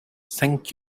thank